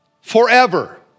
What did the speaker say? forever